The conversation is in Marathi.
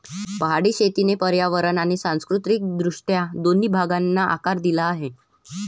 पहाडी शेतीने पर्यावरण आणि सांस्कृतिक दृष्ट्या दोन्ही भागांना आकार दिला आहे